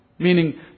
Meaning